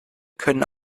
können